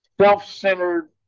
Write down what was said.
self-centered